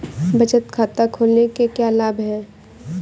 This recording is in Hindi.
बचत खाता खोलने के क्या लाभ हैं?